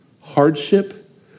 Hardship